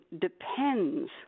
depends